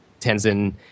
Tenzin